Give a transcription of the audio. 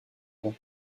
vent